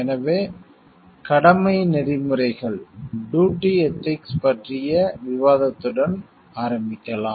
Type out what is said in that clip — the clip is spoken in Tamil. எனவே கடமை நெறிமுறைகள் டூட்டி எதிக்ஸ் பற்றிய விவாதத்துடன் ஆரம்பிக்கலாம்